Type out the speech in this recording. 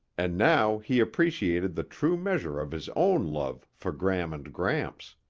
and now he appreciated the true measure of his own love for gram and gramps.